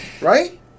right